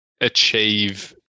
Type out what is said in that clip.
achieve